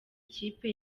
ikipe